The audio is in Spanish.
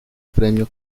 premio